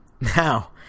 Now